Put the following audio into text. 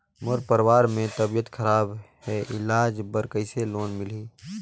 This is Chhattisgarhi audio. मोर परवार मे तबियत खराब हे इलाज बर कइसे लोन मिलही?